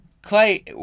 Clay